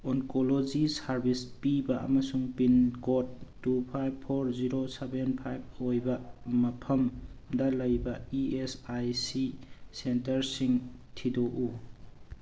oncology service ꯄꯤꯕ ꯑꯃꯁꯨꯡ pin code two five four zero seven five ꯑꯣꯏꯕ ꯃꯐꯝꯗ ꯂꯩꯕ ꯏ ꯑꯦꯁ ꯑꯥꯏ ꯁꯤ ꯁꯦꯟꯇꯔꯁꯤꯡ ꯊꯤꯗꯣꯛꯎ